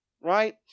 right